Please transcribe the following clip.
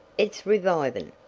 it's revivin'.